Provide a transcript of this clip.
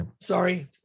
Sorry